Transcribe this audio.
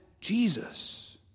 Jesus